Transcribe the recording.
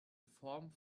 form